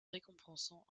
récompensant